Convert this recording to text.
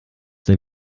der